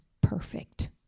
perfect